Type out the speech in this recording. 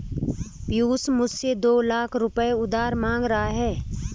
पियूष मुझसे दो लाख रुपए उधार मांग रहा है